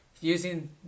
using